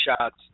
shots